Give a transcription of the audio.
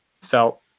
felt